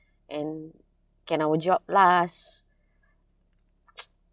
and can our job last